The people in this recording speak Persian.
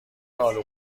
آلو